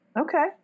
okay